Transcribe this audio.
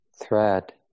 thread